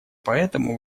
поэтому